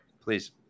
please